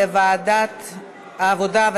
לוועדת העבודה,